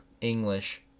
English